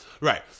Right